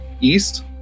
east